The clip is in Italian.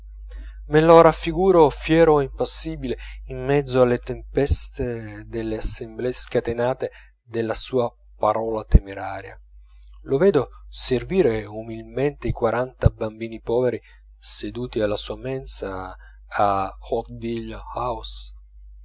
me lo raffiguro fiero e impassibile in mezzo alle tempeste delle assemblee scatenate dalla sua parola temeraria lo vedo servire umilmente i quaranta bambini poveri seduti alla sua mensa a hauteville house